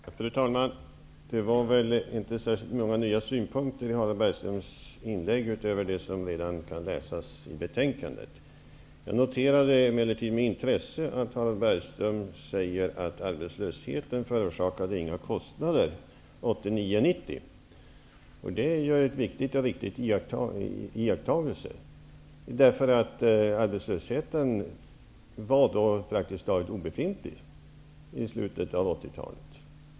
Fru talman! Det var väl inte särskilt många nya synpunkter i Harald Bergströms inlägg utöver det som redan kunnat läsas i betänkandet. Jag noterade emellertid med intresse att Harald Bergström sade att arbetslösheten inte förorsakade några kostnader 1989 och 1990. Det är ju en viktig och riktig iakttagelse. Arbetslösheten var praktiskt taget obefintlig i slutet av 80-talet.